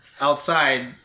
outside